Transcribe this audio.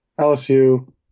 LSU